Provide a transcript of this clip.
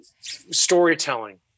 storytelling